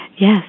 Yes